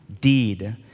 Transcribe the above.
Deed